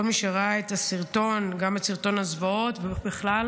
כל מי שראה את הסרטון, גם את סרטון הזוועות ובכלל,